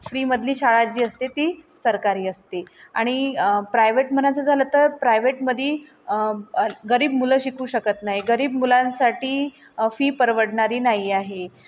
फ्रीमधली शाळा जी असते ती सरकारी असते आणि प्रायव्हेट म्हणायचं झालं तर प्रायवेटमध्ये गरीब मुलं शिकू शकत नाही गरीब मुलांसाठी फी परवडणारी नाही आहे